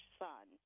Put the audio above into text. son